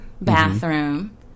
bathroom